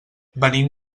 venim